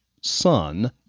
son